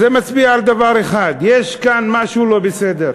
זה מצביע על דבר אחד: יש כאן משהו לא בסדר.